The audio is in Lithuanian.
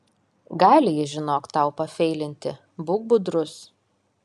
gali jis žinok tau pafeilinti būk budrus